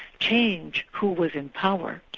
changed who was in power.